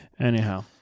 Anyhow